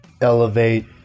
elevate